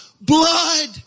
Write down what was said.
blood